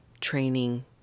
training